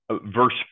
verse